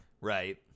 Right